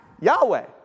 Yahweh